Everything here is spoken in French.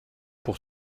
pour